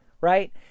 right